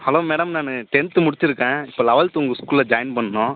hello madam நான் tenth முடிச்சுருக்கேன் இப்போ லெவல்த்து உங்கள் ஸ்கூலில் ஜாயின் பண்ணனும்